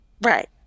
Right